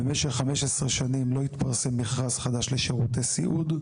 במשך 15 שנים לא התפרסם מכרז חדש לשירותי סיעוד.